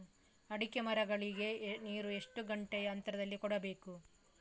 ಅಡಿಕೆ ಮರಗಳಿಗೆ ನೀರು ಎಷ್ಟು ಗಂಟೆಯ ಅಂತರದಲಿ ಕೊಡಬೇಕು?